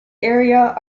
area